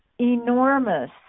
enormous